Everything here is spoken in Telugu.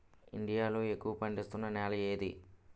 ఇండియా లో ఎక్కువ పండిస్తున్నా నేల ఏది?